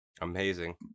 amazing